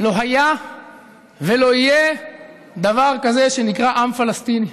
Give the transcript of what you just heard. לא היה ולא יהיה דבר כזה שנקרא עם פלסטיני.